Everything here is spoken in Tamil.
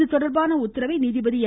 இதுதொடர்பான உத்தரவை நீதிபதி என்